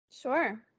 Sure